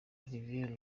olivier